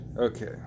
Okay